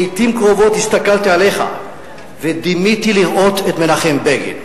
לעתים קרובות הסתכלתי עליך ודימיתי לראות את מנחם בגין,